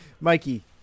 Mikey